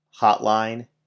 hotline